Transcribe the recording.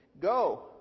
Go